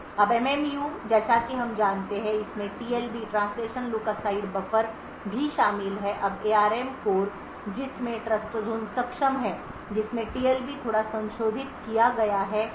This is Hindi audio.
अब एमएमयू जैसा कि हम जानते हैं कि इसमें TLB translation look aside buffer भी शामिल है अब एआरएम कोर जिसमें ट्रस्टज़ोन सक्षम है जिसमें टीएलबी थोड़ा संशोधित किया गया है